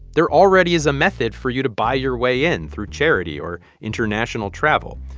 there already is a method for you to buy your way in through charity or international travel.